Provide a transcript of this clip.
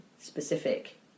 specific